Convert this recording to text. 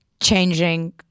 changing